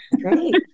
Great